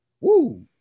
Woo